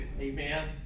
Amen